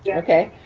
ah okay,